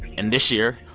and this year,